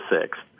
sixth